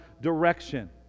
direction